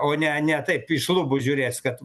o ne ne taip iš lubų žiūrės kad